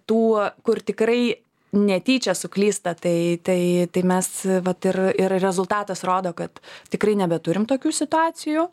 tų kur tikrai netyčia suklysta tai tai tai mes vat ir ir rezultatas rodo kad tikrai nebeturim tokių situacijų